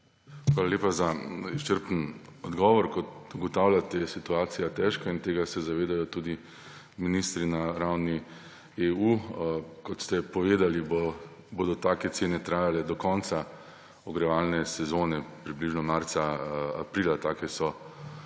Hvala lepa za izčrpen odgovor. Kot ugotavljate, je situacija težka, in tega se zavedajo tudi ministri na ravni EU. Kot ste povedali, bodo take cene trajale do konca ogrevalne sezone, približno marca, aprila, take so